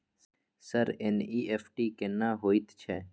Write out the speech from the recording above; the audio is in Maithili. सर एन.ई.एफ.टी केना होयत छै?